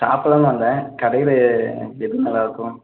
சாப்பிட்லான்னு வந்தேன் கடையில் எது நல்லாயிருக்கும்